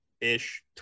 ish